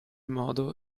modo